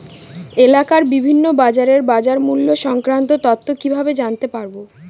এলাকার বিভিন্ন বাজারের বাজারমূল্য সংক্রান্ত তথ্য কিভাবে জানতে পারব?